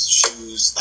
shoes